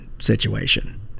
situation